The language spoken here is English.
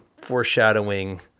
foreshadowing